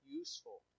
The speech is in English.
useful